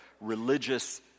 religious